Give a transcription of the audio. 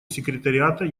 секретариата